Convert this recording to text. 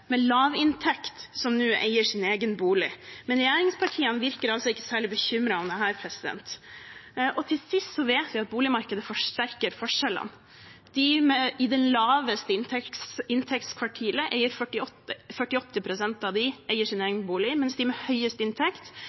med lavinntekt som nå eier sin egen bolig, men regjeringspartiene virker altså ikke særlig bekymret for dette. Til sist: Vi vet at boligmarkedet forsterker forskjellene. 48 pst. av dem i det laveste inntektskvartilet eier sin bolig, mens av dem med høyest inntekt, er det 93 pst. som eier sin egen bolig.